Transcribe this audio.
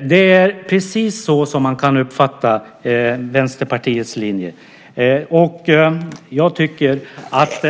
Det är precis så man kan uppfatta Vänsterpartiets linje. Jag tycker att